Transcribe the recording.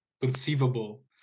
conceivable